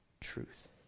truth